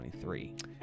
2023